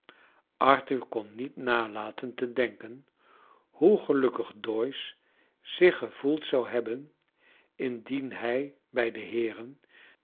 arthur kon niet nalaten te denken hoe gelukkig doyce zich gevoeld zou hebben indien hij bij de heeren